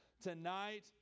tonight